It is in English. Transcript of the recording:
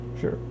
Sure